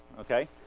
Okay